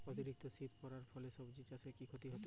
অতিরিক্ত শীত পরার ফলে সবজি চাষে কি ক্ষতি হতে পারে?